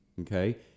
Okay